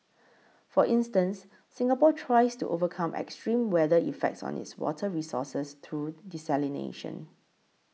for instance Singapore tries to overcome extreme weather effects on its water resources through desalination